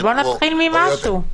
אבל בואו נתחיל ממשהו.